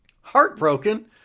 Heartbroken